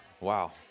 wow